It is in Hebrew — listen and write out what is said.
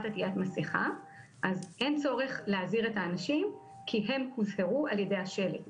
עטיית מסכה אז אין צורך להזהיר את האנשים כי הם הוזהרו על ידי השלט,